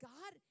God